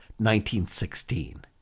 1916